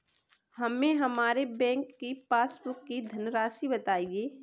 हमें हमारे बैंक की पासबुक की धन राशि बताइए